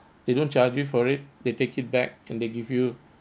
they don't charge you for it they take it back and they give you